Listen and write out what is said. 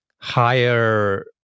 higher